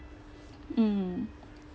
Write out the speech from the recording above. mm